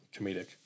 comedic